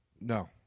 No